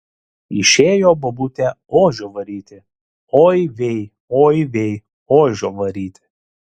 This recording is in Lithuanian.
išėjo bobutė ožio varyti oi vei oi vei ožio varyti